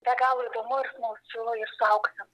be galo įdomu ir smalsu ir suaugusiem